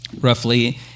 Roughly